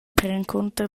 perencunter